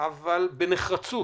אבל בנחרצות.